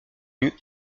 devenu